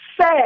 Say